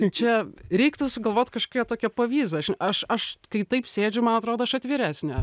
čia reiktų sugalvot kažkokią tokią povyzą aš aš aš kai taip sėdžiu man atrodo aš atviresnė